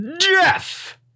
Jeff